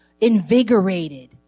invigorated